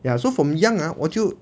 ya so from young ah 我就